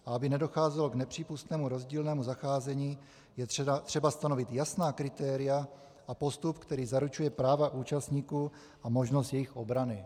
Aby nedocházelo k nepřípustnému rozdílnému zacházení, je třeba stanovit jasná kritéria a postup, který zaručuje práva účastníků a možnost jejich obrany.